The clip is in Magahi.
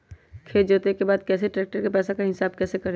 खेत जोते के बाद कैसे ट्रैक्टर के पैसा का हिसाब कैसे करें?